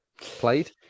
played